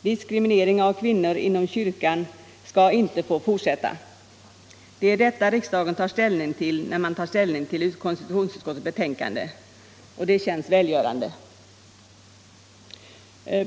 Diskriminering av kvinnor inom kyrkan skall inte få fortsätta. Det är detta riksdagen tar ställning till när den bedömer vad konstitutionsutskottet föreslår i sitt betänkande — och det känns välgörande.